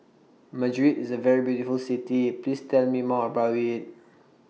Madrid IS A very beautiful City Please Tell Me More about IT